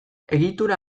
egitura